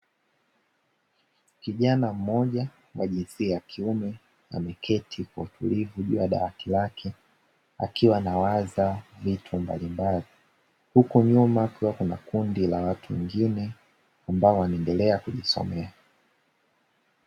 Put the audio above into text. Kijana mmoja wa jinsia ya kiume, ameketi kwa utulivu juu ya dawati lake akiwa anawaza vitu mbalimbali. Huku nyuma kukiwa na kundi la watu wengine, ambao wanaendelea kujisomea.